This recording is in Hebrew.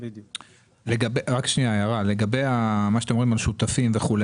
לגבי מה שאתם אומרים על שותפים וכולי.